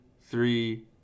three